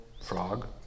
Frog